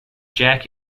jack